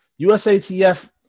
USATF